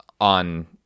on